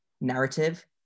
narrative